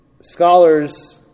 Scholars